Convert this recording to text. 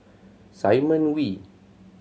Simon Wee